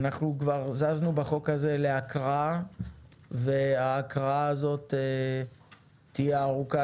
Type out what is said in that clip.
אנחנו כבר זזנו בחוק הזה להקראה וההקראה הזאת תהיה ארוכה.